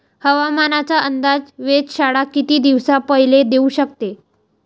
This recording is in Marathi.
हवामानाचा अंदाज वेधशाळा किती दिवसा पयले देऊ शकते?